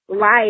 life